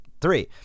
Three